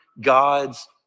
God's